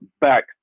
back